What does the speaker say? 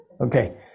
Okay